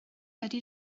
ydy